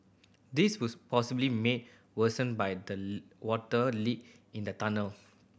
this was possibly made worse by the water leak in the tunnel